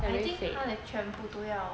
I think 他的全部都要